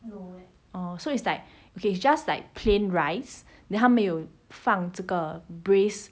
oh so it's like okay it's just like plain rice then 他们有放这个 braised